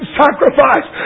sacrifice